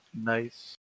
Nice